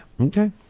Okay